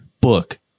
book